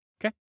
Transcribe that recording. Okay